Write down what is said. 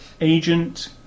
Agent